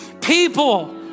people